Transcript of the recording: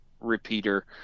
repeater